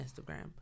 Instagram